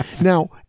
Now